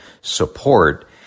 support